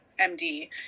MD